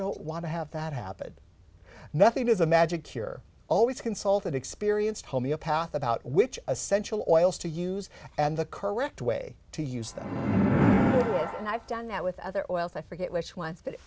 don't want to have that happen nothing is a magic cure always consulted experienced homeopath about which essential oils to use and the correct way to use them and i've done that with other oils i forget which ones but